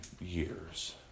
years